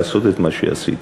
לעשות את מה שעשיתי,